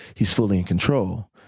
he's fully in control.